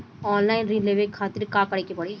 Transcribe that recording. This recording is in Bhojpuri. ऑनलाइन ऋण लेवे के खातिर का करे के पड़ी?